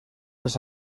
les